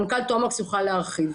מנכ"ל תומקס יוכל להרחיב.